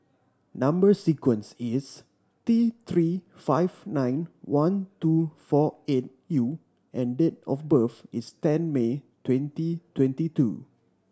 number sequence is T Three five nine one two four eight U and date of birth is ten May twenty twenty two